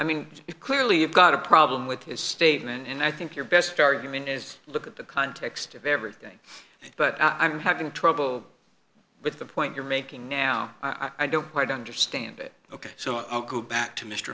i mean clearly you've got a problem with his statement and i think your best argument is look at the context of everything but i'm having trouble with the point you're making now i don't quite understand it ok so i'll go back to mr